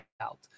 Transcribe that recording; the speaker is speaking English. out